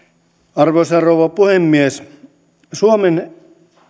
arvoisa rouva puhemies suomen